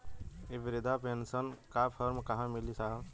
इ बृधा पेनसन का फर्म कहाँ मिली साहब?